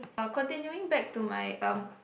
uh continuing back to my um